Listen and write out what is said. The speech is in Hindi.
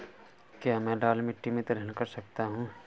क्या मैं लाल मिट्टी में तिलहन कर सकता हूँ?